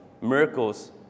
miracles